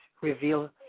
reveal